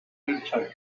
richard